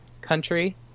country